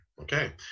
Okay